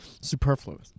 Superfluous